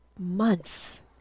months